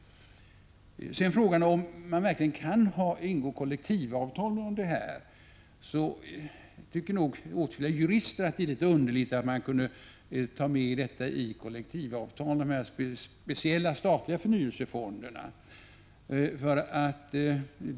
Sedan till frågan om man verkligen kan ingå kollektivavtal om förnyelsefonder. Åtskilliga jurister finner nog att det är litet underligt att man kunde ta med de speciella statliga förnyelsefonderna i ett kollektivavtal.